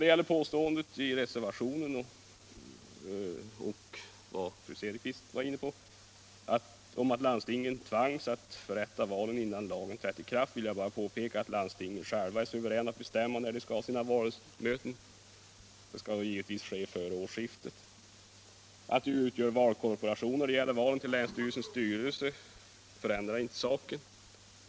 Vad gäller påståendet i reservationen om att landstingen tvangs att förrätta valen innan lagen trätt i kraft vill jag bara påpeka att landstingen själva är suveräna att bestämma när de skall ha sina valmöten, även om det givetvis skall ske före årsskiftet. Att landstinget utgör valkorporation när det gäller valen till länsstyrelsens styrelse förändrar inte saken.